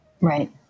Right